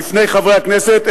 בפני חברי הכנסת,